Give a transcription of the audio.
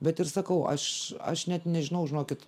bet ir sakau aš aš net nežinau žinokit